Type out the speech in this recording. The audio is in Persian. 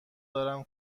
دارم